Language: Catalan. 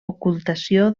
ocultació